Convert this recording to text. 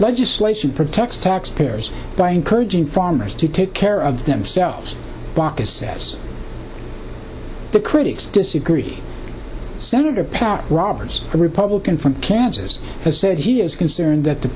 legislation protects taxpayers by encouraging farmers to take care of themselves baucus says the critics disagree senator pat roberts a republican from kansas has said he is concerned that the